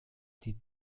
die